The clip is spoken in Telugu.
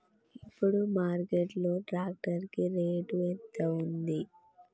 ఇప్పుడు మార్కెట్ లో ట్రాక్టర్ కి రేటు ఎంత ఉంది?